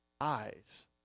eyes